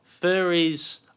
Furries